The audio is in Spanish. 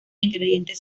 ingredientes